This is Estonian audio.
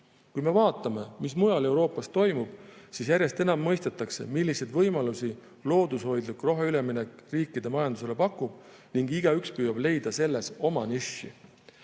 Kui me vaatame, mis mujal Euroopas toimub, siis järjest enam mõistetakse, milliseid võimalusi loodushoidlik roheüleminek riikide majandusele pakub. Igaüks püüab leida selles oma